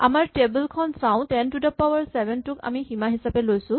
আমাৰ টেবুল খন চাওঁ ten to the power seven টোক আমি সীমা হিচাপে লৈছো